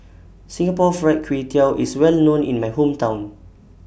Singapore Fried Kway Tiao IS Well known in My Hometown